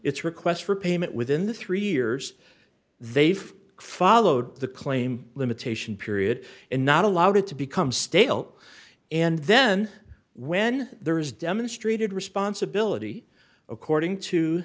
its request for payment within the three years they've followed the claim limitation period and not allowed it to become stale and then when there is demonstrated responsibility according to